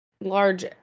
large